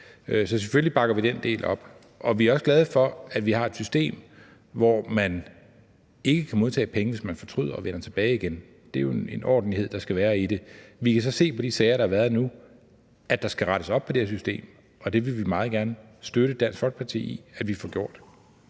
Så selvfølgelig bakker vi den del op. Vi er også glade for, at vi har et system, hvor man ikke kan modtage penge, hvis man fortryder og vender tilbage igen. Det er jo en ordentlighed, der skal være i det. Vi kan så se på de sager, der har været nu, at der skal rettes op på det her system, og det vil vi meget gerne støtte Dansk Folkeparti i at vi får gjort.